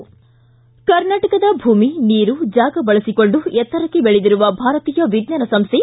ಕರ್ನಾಟಕದ ಭೂಮಿ ನೀರು ಜಾಗ ಬಳಸಿಕೊಂಡು ಎತ್ತರಕ್ಷೆ ಬೆಳೆದಿರುವ ಭಾರತೀಯ ವಿಜ್ಞಾನ ಸಂಸ್ಥೆ